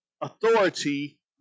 authority